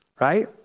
Right